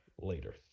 later